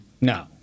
No